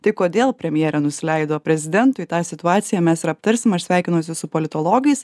tai kodėl premjerė nusileido prezidentui tą situaciją mes ir aptarsim aš sveikinuosi su politologais